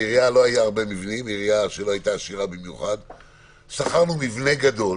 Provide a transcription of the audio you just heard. לעירייה לא היו הרבה מבנים אז שכרנו מבנה גדול